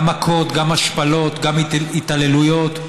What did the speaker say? גם מכות, גם השפלות, גם התעללויות,